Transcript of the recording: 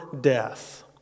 death